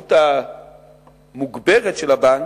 העצמאות המוגברת של הבנק,